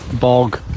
bog